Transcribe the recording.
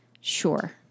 Sure